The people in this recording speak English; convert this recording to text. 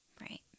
Right